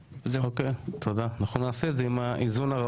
ליום שבו החוקרת שחקרה את הילדה שלי